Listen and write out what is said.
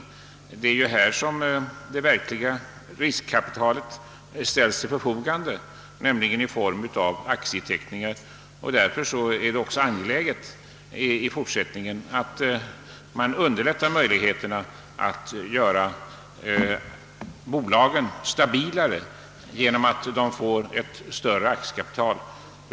Det är ju här som det verkliga riskkapitalet ställs till förfogande, nämligen i form av aktieteckningar, och därför är det också angeläget att i fortsättningen medverka till att göra bolagen mera stabila genom att de får större aktiekapital.